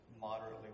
moderately